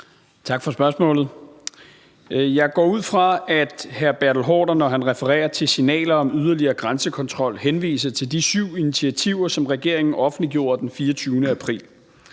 Tak for spørgsmålet. Jeg går ud fra, at hr. Bertel Haarder, når han refererer til signaler om yderligere grænsekontrol, henviser til de syv initiativer, som regeringen offentliggjorde den 24. april.